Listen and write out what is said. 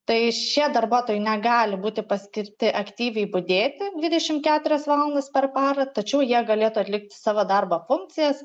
tai šie darbuotojai negali būti paskirti aktyviai budėti dvidešim keturias valandas per parą tačiau jie galėtų atlikti savo darbo funkcijas